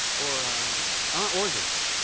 or ah organs,